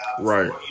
Right